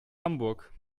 hamburg